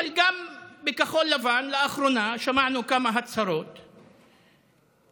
אבל גם בכחול לבן לאחרונה שמענו כמה הצהרות מדירות,